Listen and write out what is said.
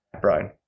Brian